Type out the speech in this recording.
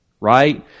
right